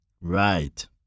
Right